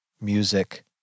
music